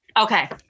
Okay